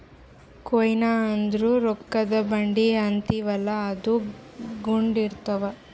coin ಅಂದುರ್ ರೊಕ್ಕಾದು ಬಂದಿ ಅಂತೀವಿಯಲ್ಲ ಅದು ಗುಂಡ್ ಇರ್ತಾವ್